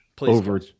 over